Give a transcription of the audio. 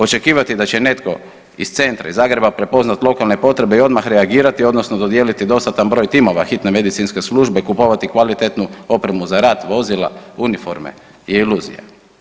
Očekivati da će netko iz centra iz Zagreba prepoznati lokalne potrebe i odmah reagirati odnosno dodijeliti dostatan broj timova hitne medicinske službe, kupovati kvalitetnu opremu za rad, vozila, uniforme, je iluzija.